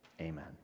Amen